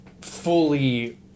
fully